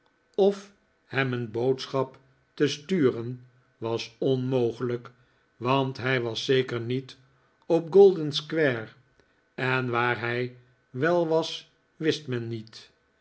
of hem een boodschap te sturen was onmogelijk want hij was zeker niet op golden-square en waar hij wel was wist men niet